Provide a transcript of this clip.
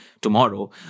tomorrow